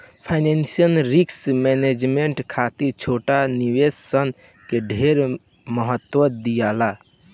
financial risk management खातिर छोट निवेश सन के ढेर महत्व दियाला